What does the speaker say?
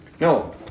No